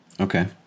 Okay